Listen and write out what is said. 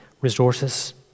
resources